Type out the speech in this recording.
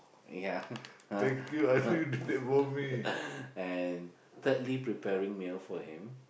ya and thirdly preparing meal for him